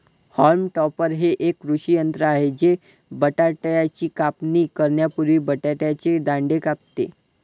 haulm topper हे एक कृषी यंत्र आहे जे बटाट्याची कापणी करण्यापूर्वी बटाट्याचे दांडे कापते